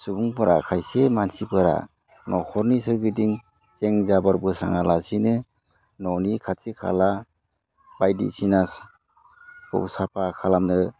सुबुंफोरा खायसे मानसिफोरा न'खरनि सोरगिदिं जें जाबोर बोस्राङालासिनो न'नि खाथि खाला बायदिसिनाखौ साफा खालामनो